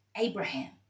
Abraham